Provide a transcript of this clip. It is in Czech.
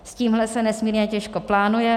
S tímhle se nesmírně těžko plánuje.